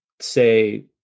say